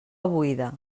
buida